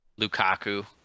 Lukaku